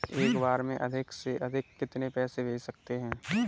एक बार में अधिक से अधिक कितने पैसे भेज सकते हैं?